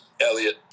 elliot